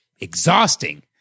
exhausting